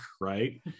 right